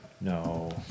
No